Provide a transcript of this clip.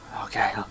Okay